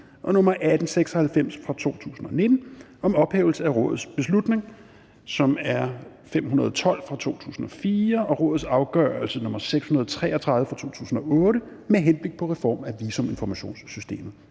2019/1896 og om ophævelse af Rådets beslutning 2004/512/EF og Rådets afgørelse 2008/633/RIA med henblik på reform af visuminformationssystemet.